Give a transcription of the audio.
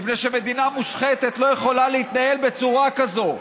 מפני שמדינה מושחתת לא יכולה להתנהל בצורה כזאת.